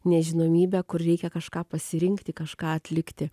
nežinomybė kur reikia kažką pasirinkti kažką atlikti